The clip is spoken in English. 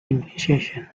immunization